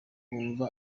bumva